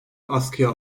askıya